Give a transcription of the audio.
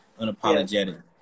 unapologetic